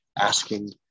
asking